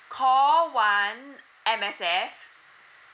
call one M_S_F